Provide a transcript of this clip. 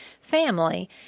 family